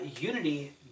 Unity